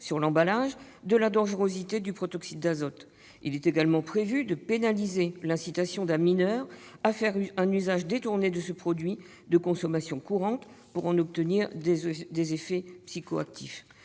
sur l'emballage la dangerosité du protoxyde d'azote. Il est également prévu de pénaliser le fait d'inciter un mineur à faire un usage détourné de ce produit de consommation courante pour en obtenir des effets psychoactifs.